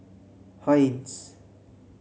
Heinz